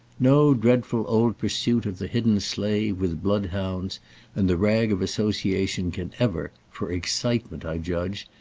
no dreadful old pursuit of the hidden slave with bloodhounds and the rag of association can ever, for excitement, i judge,